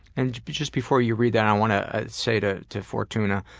and just before you read that i want to ah say to to fortuna,